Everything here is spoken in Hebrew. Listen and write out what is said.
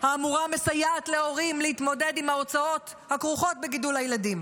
האמורה מסייעת להורים להתמודד עם ההוצאות הכרוכות בגידול הילדים,